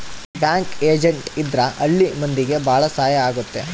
bank agent ಇದ್ರ ಹಳ್ಳಿ ಮಂದಿಗೆ ಭಾಳ ಸಹಾಯ ಆಗುತ್ತೆ